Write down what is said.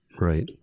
Right